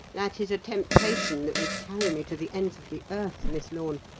that is a temptation that would carry me to the ends of the earth, miss lorne.